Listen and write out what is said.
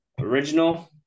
Original